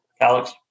Alex